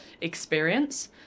experience